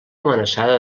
amenaçada